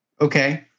Okay